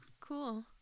Cool